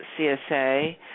CSA